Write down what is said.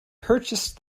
purchased